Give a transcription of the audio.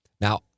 now